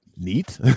neat